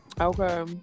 okay